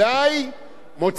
אני קורא לכנסת,